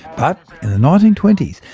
but in the nineteen twenty s,